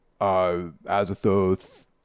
Azathoth